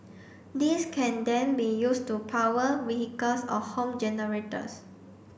this can then be used to power vehicles or home generators